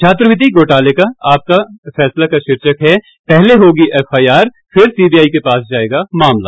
छात्रवृति घोटाले पर आपका फैसला का शीर्षक है पहले होगी एफआईआर फिर सीबीआई के पास जाएगा मामला